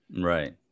Right